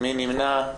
מי נמנע?